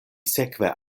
sekve